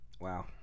Wow